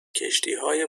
کشتیهای